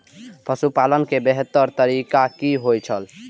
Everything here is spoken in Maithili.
पशुपालन के बेहतर तरीका की होय छल?